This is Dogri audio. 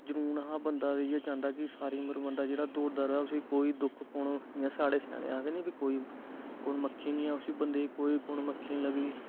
बंदा इये चांहदा कि सारी उम बंदा जेहडा दौड़दा रवे उसी कोई दुख पौना साढ़े स्याने आक्खदे नी भाई कोई उस बंदे गी कोई कुन मक्खी नेई लगदी ऐ